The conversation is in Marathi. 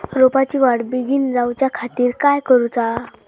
रोपाची वाढ बिगीन जाऊच्या खातीर काय करुचा?